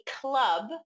club